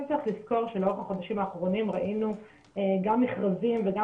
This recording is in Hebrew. כן צריך לזכור שלאורך החודשים האחרונים ראינו גם מכרזים וגם